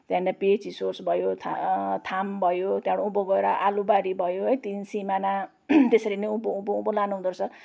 त्यहाँदेखिन् PHE source भयो थाम्ब भयो त्यहाँबाट उँभो गएर आलुबारी भयो तिन सिमाना त्यसरी नै उँभो उँभो लानुहुँदो रहेछ